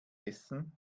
essen